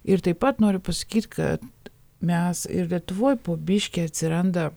ir taip pat noriu pasakyt kad mes ir lietuvoj po biškį atsiranda